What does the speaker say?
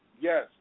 Yes